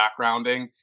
backgrounding